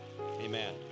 Amen